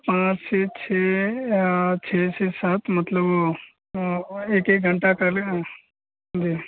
पाँच से छः आ छः से सात मतलब वो एक एक घंटा का जी